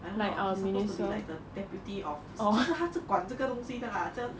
I don't know he's supposed to be like the deputy of 就是他是管这个东西的啦叫